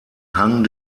hang